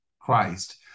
Christ